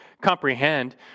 comprehend